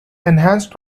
enhanced